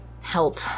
help